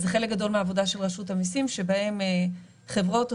זה חלק גדול מהעבודה של רשות המיסים,